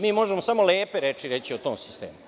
Mi možemo samo lepe reči reći o tom sistemu.